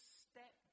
step